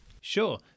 Sure